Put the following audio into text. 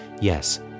Yes